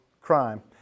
crime